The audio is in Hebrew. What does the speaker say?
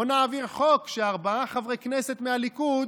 בוא נעביר חוק שארבעה חברי כנסת מהליכוד